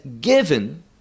given